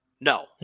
No